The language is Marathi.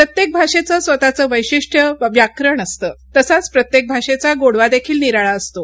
प्रत्येक भाषेचं स्वतःचं वैशिष्ट्य व्याकरण असतं तसाच प्रत्येक भाषेचा गोडवा देखील निराळा असतो